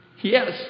Yes